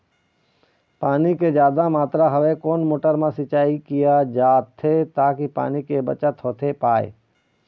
पानी के जादा मात्रा हवे कोन मोटर मा सिचाई किया जाथे ताकि पानी के बचत होथे पाए?